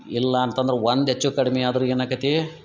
ಇಲ್ಲಾಂತಂದ್ರ ಒಂದು ಹೆಚ್ಚು ಕಡಿಮೆ ಆದ್ರ್ಗಿನ ಏನಾಕೆತೀ